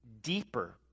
deeper